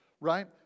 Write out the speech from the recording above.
right